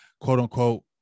quote-unquote